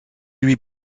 lui